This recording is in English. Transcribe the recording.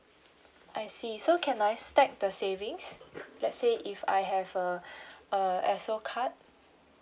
I see so can I stack the savings let's say if I have a a esso card